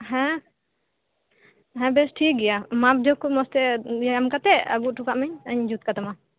ᱦᱮᱸ ᱦᱮᱸ ᱵᱮᱥ ᱴᱷᱤᱠ ᱜᱮᱭᱟ ᱢᱟᱯ ᱡᱳᱜ ᱠᱚ ᱢᱚᱸᱡᱽ ᱛᱮ ᱮᱢ ᱠᱟᱛᱮ ᱟᱹᱜᱩ ᱚᱴᱚᱠᱟᱜ ᱢᱮ ᱤᱧ ᱡᱩᱛ ᱠᱟᱛᱟᱢᱟ